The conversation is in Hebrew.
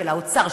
של האוצר,